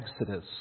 Exodus